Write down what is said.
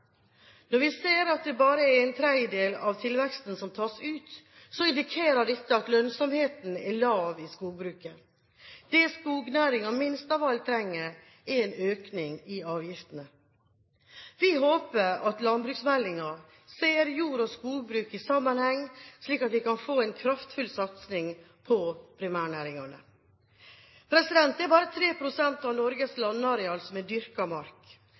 Når vi ser at det bare er en tredjedel av tilveksten som tas ut, indikerer dette at lønnsomheten er lav i skogbruket. Det skognæringen minst av alt trenger, er en økning i avgiftene. Vi håper at landbruksmeldingen ser jord- og skogbruk i sammenheng, slik at vi kan få en kraftfull satsing på primærnæringene. Det er bare 3 pst. av Norges landareal som er dyrket mark.